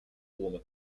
warmer